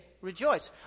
rejoice